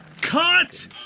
Cut